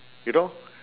you know